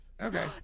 Okay